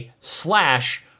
slash